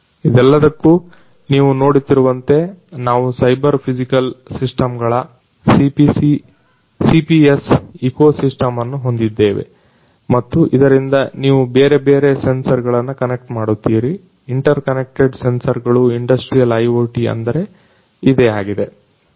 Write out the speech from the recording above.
ಇದೆಲ್ಲದಕ್ಕೂ ನೀವು ನೋಡುತ್ತಿರುವಂತೆ ನಾವು ಸೈಬರ್ ಫಿಸಿಕಲ್ ಸಿಸ್ಟಮ್ ಗಳ CPS ಇಕೋಸಿಸ್ಟಮ್ ಅನ್ನು ಹೊಂದಿದ್ದೇವೆ ಮತ್ತು ಅದರಿಂದ ನೀವು ಬೇರೆ ಬೇರೆ ಸೆನ್ಸರ್ ಗಳನ್ನು ಕನ್ನೆಕ್ಟ್ ಮಾಡುತ್ತೀರಿ ಇಂಟರ್ ಕನೆಕ್ಟೆಡ್ ಸೆನ್ಸರ್ ಗಳು ಇಂಡಸ್ಟ್ರಿಯಲ್ IoT ಅಂದರೆ ಇದೇ ಆಗಿದೆ